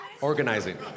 Organizing